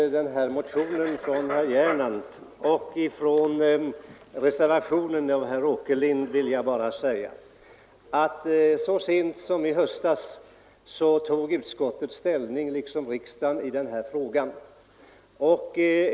I sak — beträffande motionen av herr Gernandt m.fl. och reservationen av herr Åkerlind — vill jag bara säga att utskottet liksom riksdagen så sent som i höstas tog ställning i den här frågan.